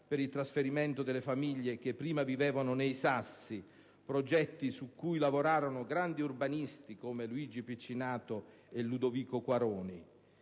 per il trasferimento delle famiglie che prima vivevano nei Sassi, progetti su cui lavorarono grandi urbanisti come Luigi Piccinato e Ludovico Quaroni.